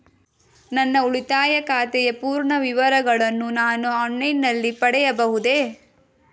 ನನ್ನ ಉಳಿತಾಯ ಖಾತೆಯ ಪೂರ್ಣ ವಿವರಗಳನ್ನು ನಾನು ಆನ್ಲೈನ್ ನಲ್ಲಿ ಪಡೆಯಬಹುದೇ?